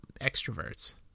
extroverts